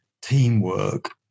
teamwork